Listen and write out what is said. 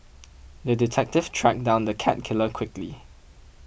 the detective tracked down the cat killer quickly